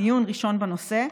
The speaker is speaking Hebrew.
דיון ראשון בנושא,